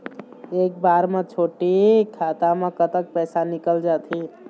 एक बार म छोटे खाता म कतक पैसा निकल जाथे?